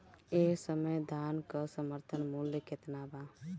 एह समय धान क समर्थन मूल्य केतना बा?